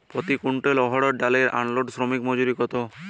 প্রতি কুইন্টল অড়হর ডাল আনলোডে শ্রমিক মজুরি কত?